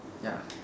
ya